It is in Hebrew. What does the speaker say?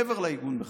מעבר לעיגון בחקיקה.